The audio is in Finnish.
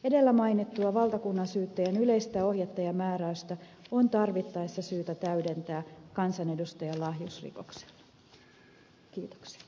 edellä mainittua valtakunnansyyttäjän yleistä ohjetta ja määräystä on tarvittaessa syytä täydentää kansanedustajan lahjusrikoksella